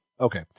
Okay